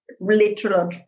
literal